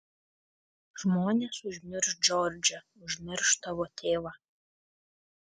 žmonės užmirš džordžą užmirš tavo tėvą